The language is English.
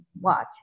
watch